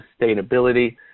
sustainability